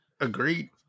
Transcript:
Agreed